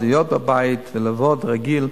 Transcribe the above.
להיות בבית ולעבוד רגיל.